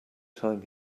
time